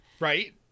Right